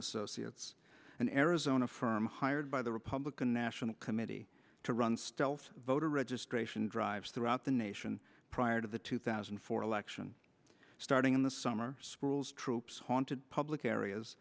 associates an arizona firm hired by the republican national committee to run stealth voter registration drives throughout the nation prior to the two thousand and four election starting in the summer schools troops haunted public areas